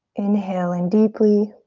inhale in deeply.